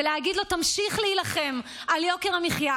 ולהגיד לו: תמשיך להילחם על יוקר המחיה